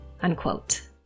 Unquote